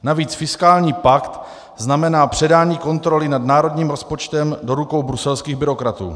Navíc fiskální pakt znamená předání kontroly nad národním rozpočtem do rukou bruselských byrokratů.